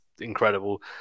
incredible